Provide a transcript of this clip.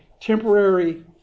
temporary